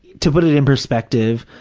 to put it in perspective,